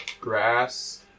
grass